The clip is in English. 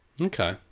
Okay